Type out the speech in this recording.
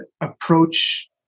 approach